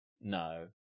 No